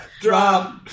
Drop